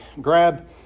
Grab